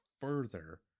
further